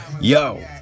yo